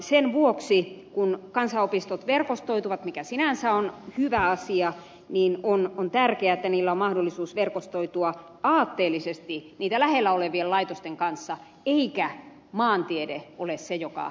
sen vuoksi kun kansanopistot verkostoituvat mikä sinänsä on hyvä asia on tärkeää että niillä on mahdollisuus verkostoitua aatteellisesti niitä lähellä olevien laitosten kanssa eikä maantiede ole se joka